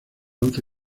once